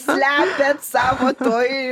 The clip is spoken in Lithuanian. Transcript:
slepiat savo toj